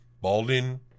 balding